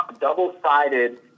double-sided